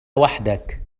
وحدك